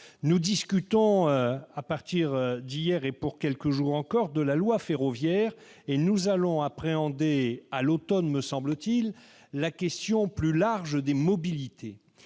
Nous discutons depuis hier, et pour quelques jours encore, de la loi ferroviaire, puis appréhenderons à l'automne, me semble-t-il, la question plus large des mobilités.